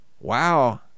Wow